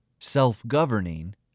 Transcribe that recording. self-governing